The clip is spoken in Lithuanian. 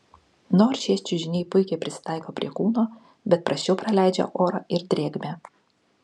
nors šie čiužiniai puikiai prisitaiko prie kūno bet prasčiau praleidžia orą ir drėgmę